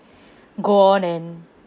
go on and